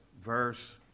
verse